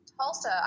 Tulsa